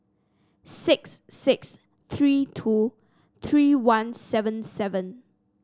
six six three two three one seven seven